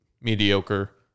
mediocre